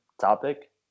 topic